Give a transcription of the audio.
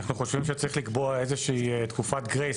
אנחנו חושבים שצריך לקבוע איזה שהיא תקופת גרייס